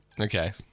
Okay